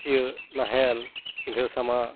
ᱥᱤᱭᱳᱜ ᱱᱟᱦᱮᱞ ᱯᱤᱱᱰᱦᱟᱹ ᱥᱟᱢᱟᱜ